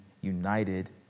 united